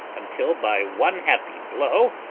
until, by one happy blow,